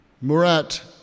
Murat